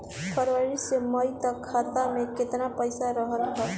फरवरी से मई तक खाता में केतना पईसा रहल ह?